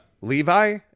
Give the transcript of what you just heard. Levi